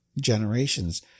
generations